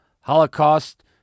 Holocaust